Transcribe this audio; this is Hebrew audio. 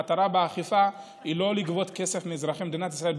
המטרה באכיפה היא לא לגבות כסף מאזרחי מדינת ישראל,